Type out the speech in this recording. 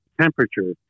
temperature